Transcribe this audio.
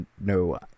no